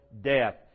death